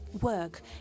work